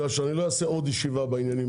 כי אני לא אקיים עוד ישיבה בעניינים האלה.